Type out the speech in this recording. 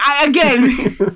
Again